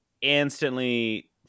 instantly